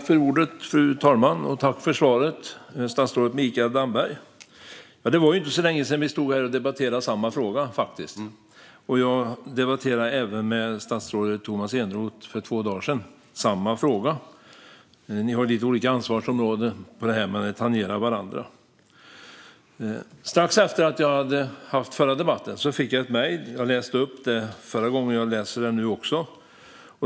Fru talman! Tack för svaret, statsrådet Mikael Damberg! Det var inte så länge sedan som vi stod här och debatterade samma fråga, och jag debatterade samma fråga även med statsrådet Tomas Eneroth för två dagar sedan. Ni har ju lite olika ansvarsområden, men här tangerar de varandra. Strax efter den förra debatten fick jag ett mejl från en åkeriägare. Jag läste upp det förra gången och läser det nu också.